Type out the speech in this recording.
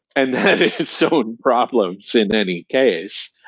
and had its own problems in any case.